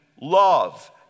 love